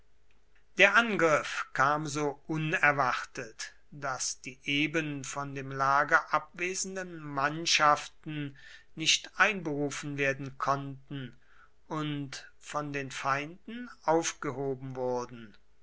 der angriff kam so unerwartet daß die eben vom lager abwesenden mannschaften nicht einberufen werden konnten und von den feinden aufgehoben wurden